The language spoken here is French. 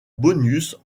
bonus